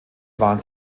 waren